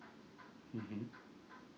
mmhmm